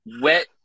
wet